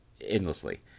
endlessly